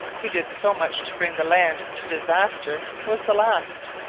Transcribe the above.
who did so much to bring the land to disaster, was the last.